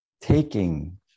Taking